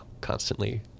constantly